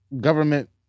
government